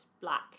black